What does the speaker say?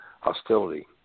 hostility